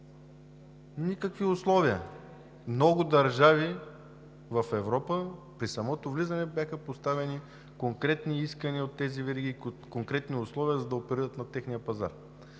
никакви условия. В много държави в Европа при самото влизане бяха поставени конкретни искания от тези вериги, конкретни условия, за да оперират на техния пазар.